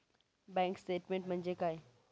Bank statement म्हणजे काय?